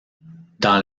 dans